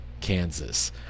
Kansas